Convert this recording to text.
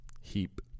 Heap